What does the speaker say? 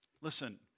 listen